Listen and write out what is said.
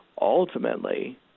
ultimately